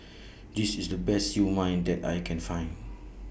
This IS The Best Siew Mai that I Can Find